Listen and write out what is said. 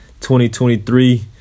2023